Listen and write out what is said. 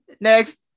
Next